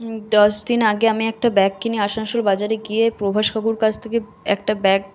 দশ দিন আগে আমি একটা ব্যাগ কিনে আসানসোল বাজারে গিয়ে প্রভাস কাকুর কাছ থেকে একটা ব্যাগ